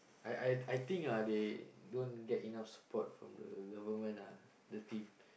I I I think ah they don't get enough support from the government ah the team